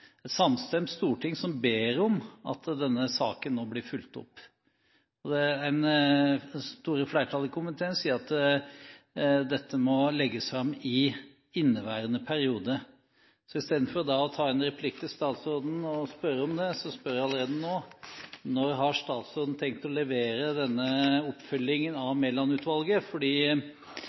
et samstemt storting som ber om at denne saken nå blir fulgt opp. Det store flertall i komiteen sier at dette må legges fram i inneværende periode. I stedet for å ta en replikk til statsråden, spør jeg allerede nå: Når har statsråden tenkt å levere oppfølgingen av